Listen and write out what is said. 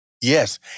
Yes